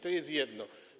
To jest jedno.